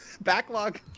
Backlog